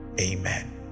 amen